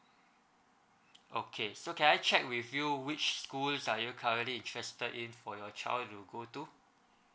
okay so can I check with you which schools are you currently interested in for your child to go to